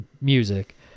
music